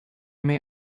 may